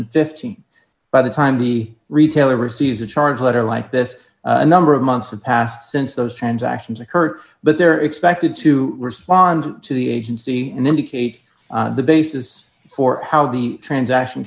and fifteen by the time the retailer receives a charge letter like this a number of months have passed since those transactions occur but they're expected to respond to the agency and indicate the basis for how the transaction